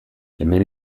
hemen